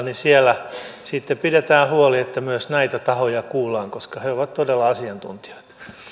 niin siellä sitten pidetään huoli että myös näitä tahoja kuullaan koska he ovat todella asiantuntijoita